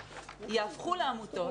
יהפכו לעמותות